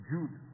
Jude